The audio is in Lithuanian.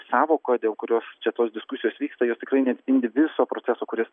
sąvoka dėl kurios čia tos diskusijos vyksta jos tikrai neatspindi viso proceso kuris